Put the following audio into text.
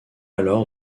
alors